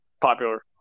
popular